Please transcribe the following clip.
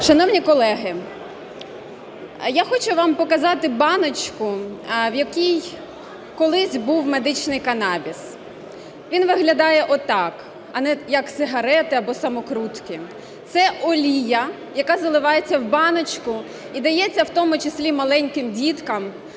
Шановні колеги, я хочу вам показати баночку, в якій колись був медичний канабіс. Він виглядає отак, а не як сигарети або самокрутки. Це олія, яка заливається в баночку і дається в тому числі маленьким діткам